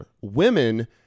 Women